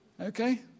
Okay